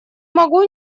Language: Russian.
могу